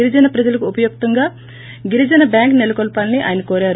గిరిజన ప్రజాల ఉపయుక్తంగా గిరిజ బ్యాంకు నెలకొల్సాలని ఆయన కోరారు